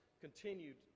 continued